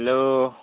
hello